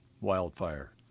wildfire